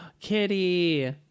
Kitty